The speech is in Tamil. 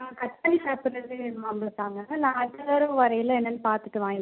ஆ கட் பண்ணி சாப்புட்றதுக்கு மாம்பழம் தாருங்க நான் அடுத்த தடவை வரையில் என்னன்னு பார்த்துட்டு வாங்கிக்கிறே